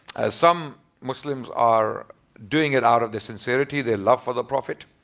some muslims are doing it out of the sincerity. their love for the prophet.